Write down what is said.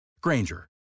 Granger